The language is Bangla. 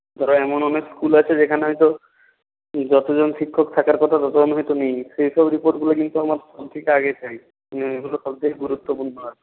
এবার এমন অনেক স্কুল আছে যেখানে হয়ত যত জন শিক্ষক থাকার কথা তত জন হয়ত নেই সেই সব রিপোর্টগুলো কিন্তু আমার সব থেকে আগে চাই এই জিনিসগুলো সব থেকে গুরুত্বপূর্ণ আর